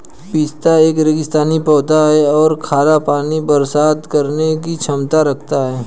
पिस्ता एक रेगिस्तानी पौधा है और खारा पानी बर्दाश्त करने की क्षमता रखता है